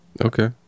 Okay